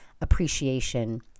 appreciation